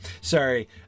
Sorry